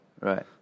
Right